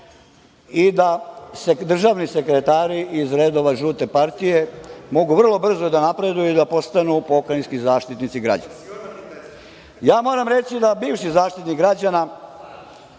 i da državni sekretari iz redova žute partije mogu vrlo brzo da napreduju i da postanu pokrajinski zaštitnici građana. Ja moram reći da bivši Zaštitnik građana,